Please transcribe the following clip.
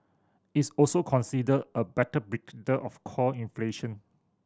is also considered a better predictor of core inflation